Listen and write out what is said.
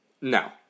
No